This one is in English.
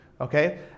okay